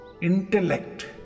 intellect